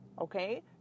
okay